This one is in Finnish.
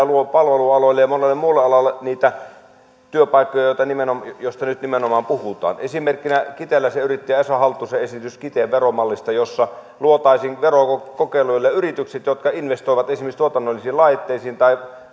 luo palvelualoille ja monelle muulle alalle niitä työpaikkoja joista nyt nimenomaan puhutaan esimerkkinä kiteeläisen yrittäjän esa halttusen esitys kiteen veromallista että luotaisiin verokokeilu jossa yritysten jotka investoivat esimerkiksi tuotannollisiin laitteisiin tai